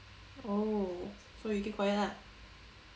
oh so you keep quiet lah